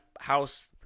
house